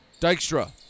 Dykstra